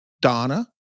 Donna